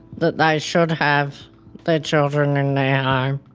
that they should have their children and ah um